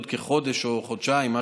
עוד כחודש או חודשיים,